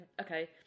Okay